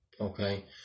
Okay